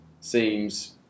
seems